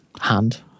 hand